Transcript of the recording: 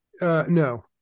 No